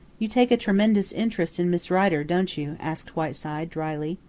you take a tremendous interest in miss rider, don't you? asked whiteside dryly.